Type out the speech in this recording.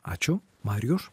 ačiū marijuš